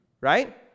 right